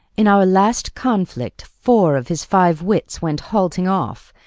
in our last conflict four of his five wits went halting off,